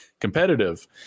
competitive